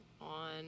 on